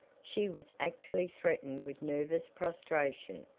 she was actually threatened with nervous prostration,